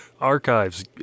Archives